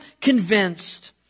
convinced